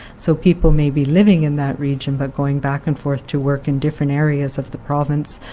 so people may be living in that region but going back-and-forth to work in different areas of the province.